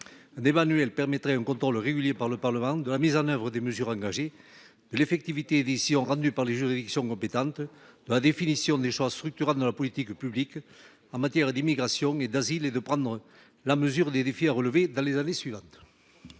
terrorisme. Cela permettrait un contrôle régulier par le Parlement de la mise en œuvre des mesures engagées, de l’effectivité des décisions rendues par les juridictions compétentes, de la définition des choix structurants de la politique publique en matière d’immigration et d’asile, mais aussi de prendre la mesure des défis à relever dans les années suivantes.